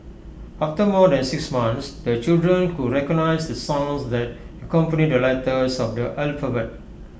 after more than six months the children could recognise the sounds that accompany the letters of the alphabet